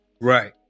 right